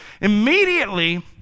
Immediately